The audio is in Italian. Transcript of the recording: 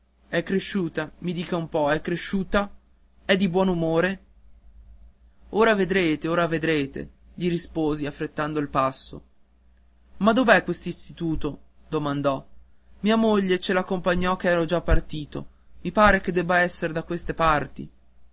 è cresciuta mi dica un po è cresciuta è di buon umore ora vedrete ora vedrete gli risposi affrettando il passo ma dov'è quest'istituto domandò mia moglie ce l'accompagnò ch'ero già partito i pare che debba essere da queste parti